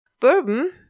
bourbon